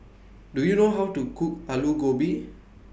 Do YOU know How to Cook Aloo Gobi